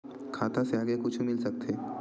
खाता से आगे कुछु मिल सकथे?